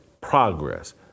progress